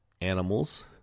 animals